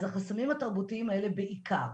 אז החסמים בתרבותיים האלה בעיקר.